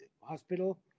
hospital